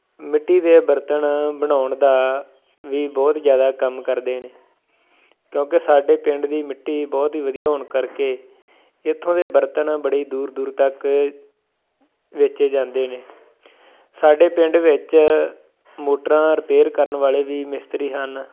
ਮਿੱਟੀ ਦੇ ਬਰਤਨ ਬਣਾਉਣ ਦਾ ਵੀ ਬਹੁਤ ਜ਼ਿਆਦਾ ਕੰਮ ਕਰਦੇ ਨੇ ਕਿਉਂਕਿ ਸਾਡੇ ਪਿੰਡ ਦੀ ਮਿੱਟੀ ਬਹੁਤ ਹੀ ਵਧੀਆ ਹੋਣ ਕਰਕੇ ਇੱਥੋਂ ਦੇ ਬਰਤਨ ਬੜੀ ਦੂਰ ਦੂਰ ਤੱਕ ਵੇਚੇ ਜਾਂਦੇ ਨੇ ਸਾਡੇ ਪਿੰਡ ਵਿੱਚ ਮੋਟਰਾਂ ਰਿਪੇਅਰ ਕਰਨ ਵਾਲੇ ਵੀ ਮਿਸਤਰੀ ਹਨ